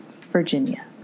Virginia